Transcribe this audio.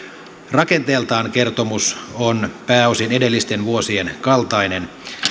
rakenteeltaan kertomus on pääosin edellisten vuosien kaltainen